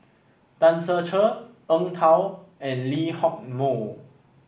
Tan Ser Cher Eng Tow and Lee Hock Moh